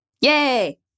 Yay